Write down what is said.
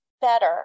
better